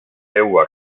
seua